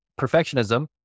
perfectionism